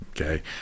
okay